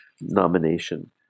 nomination